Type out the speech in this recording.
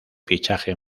fichaje